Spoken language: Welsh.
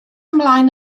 ymlaen